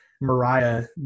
mariah